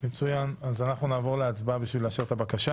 אנחנו נעבור להצבעה לאשר את הבקשה.